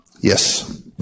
Yes